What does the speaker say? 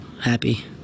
Happy